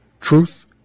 Truth